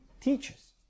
teaches